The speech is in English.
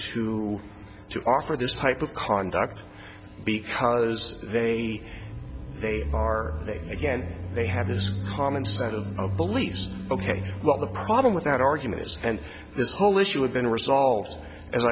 to to offer this type of conduct because they they are they again they have this common set of beliefs ok well the problem with that argument is and this whole issue of been resolved a